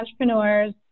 entrepreneurs